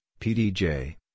PDJ